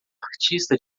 artista